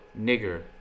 nigger